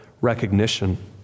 recognition